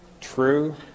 True